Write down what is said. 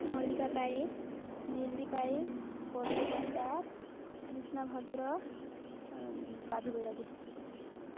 Mallika Paik Mili Paik Pallu Padar Krishna Bhadra Raju Bairagi